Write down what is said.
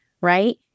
right